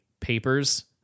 papers